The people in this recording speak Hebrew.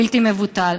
בלתי מבוטל".